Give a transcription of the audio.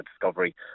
discovery